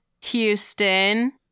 Houston